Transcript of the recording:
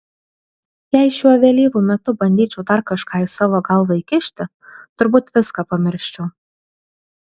jei šiuo vėlyvu metu bandyčiau dar kažką į savo galvą įkišti turbūt viską pamirščiau